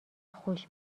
خوش